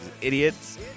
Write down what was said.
idiots